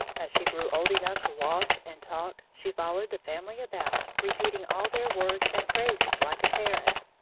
as she grew old enough to walk and talk, she followed the family about, repeating all their words and phrases like a parrot.